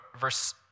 verse